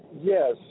Yes